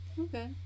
okay